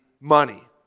money